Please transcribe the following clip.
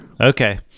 Okay